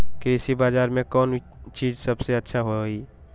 कृषि बजार में कौन चीज सबसे अच्छा होई?